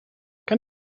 kan